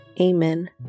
Amen